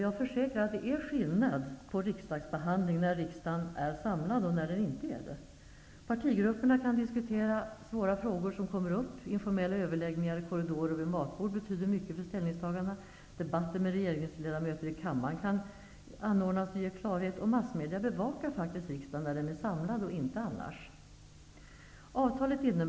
Jag försäkrar att det är skillnad på riksdagsbehandlingen när riksdagen är samlad och när den inte är det. När riksdagen är samlad kan partigrupperna diskutera svåra frågor som kommer upp. Informella överläggningar i korridorer och vid matbord betyder mycket för ställningstagandena. Debatter med regeringsledamöter i kammaren kan anordnas för att ge klarhet. Massmedia bevakar faktiskt riksdagen när den är samlad, men inte annars.